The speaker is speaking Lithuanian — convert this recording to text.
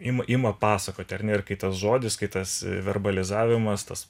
ima ima pasakoti ar ne ir kai tas žodis kai tas verbalizavimas tas